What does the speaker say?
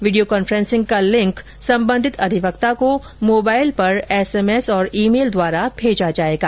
video conferencing का link संबंधित अधिवक्ता को मोबाइल पर एसएमएस और ईमेल द्वारा भेजा जाएगा